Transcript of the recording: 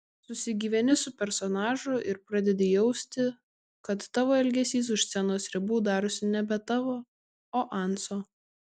susigyveni su personažu ir pradedi jausti kad tavo elgesys už scenos ribų darosi nebe tavo o anso